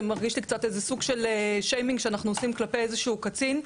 זה מרגיש לי קצת איזה סוג של שיימינג שאנחנו עושים כלפי איזשהו קצין,